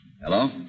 Hello